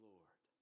Lord